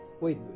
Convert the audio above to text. wait